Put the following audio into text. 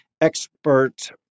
expert